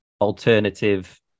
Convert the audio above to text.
alternative